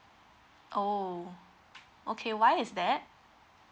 oh okay why is that